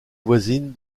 voisine